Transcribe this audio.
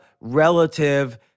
relative